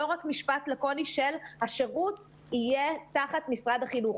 לא רק משפט לקוני של "השירות יהיה תחת משרד החינוך".